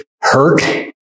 hurt